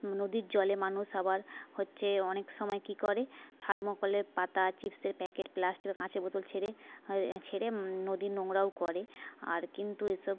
নদীর জলে মানুষ আবার হচ্ছে অনেক সময় কী করে থার্মোকলের পাতা চিপসের প্যাকেট প্লাস্টিক বা কাছের বোতল ছেড়ে হয় ছেড়ে নদী নোংরাও করে আর কিন্তু এসব